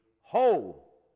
whole